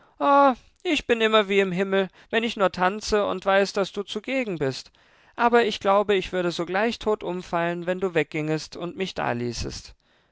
ich bin immer wie im himmel wenn ich nur tanze und weiß daß du zugegen bist aber ich glaube ich würde sogleich tot umfallen wenn du weggingest und mich daließest